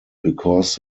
because